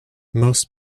most